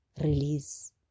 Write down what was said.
release